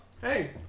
Hey